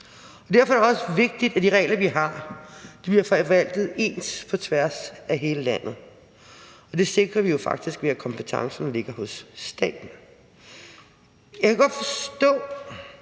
Derfor er det også vigtigt, at de regler, vi har, bliver forvaltet ens på tværs af hele landet, og det sikrer vi jo faktisk ved, at kompetencen ligger hos staten. Jeg kan godt forstå,